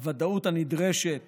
לוודאות הנדרשת